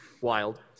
Wild